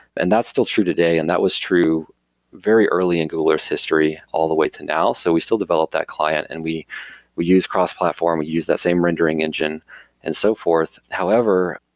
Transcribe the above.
and that's still true today and that was true very early in google earth's history, all the way to now. so we still develop that client and we we use cross-platform, or we use that same rendering engine and so forth. however,